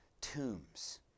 tombs